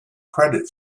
credit